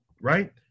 right